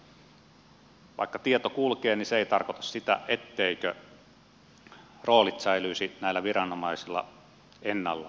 vaikka tieto kulkee niin se ei tarkoita sitä etteivätkö roolit säilyisi näillä viranomaisilla ennallaan